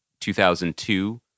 2002